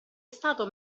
stato